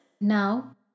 Now